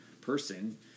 person